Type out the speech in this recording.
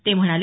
ते म्हणाले